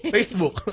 Facebook